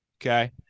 Okay